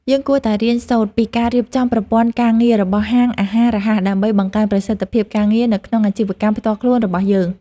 យើងគួរតែរៀនសូត្រពីការរៀបចំប្រព័ន្ធការងាររបស់ហាងអាហាររហ័សដើម្បីបង្កើនប្រសិទ្ធភាពការងារនៅក្នុងអាជីវកម្មផ្ទាល់ខ្លួនរបស់យើង។